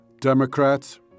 Democrats